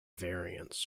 variants